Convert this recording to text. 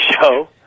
show